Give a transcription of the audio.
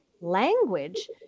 language